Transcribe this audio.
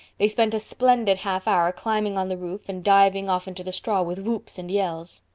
they spent a splendid half hour climbing on the roof and diving off into the straw with whoops and yells.